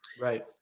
Right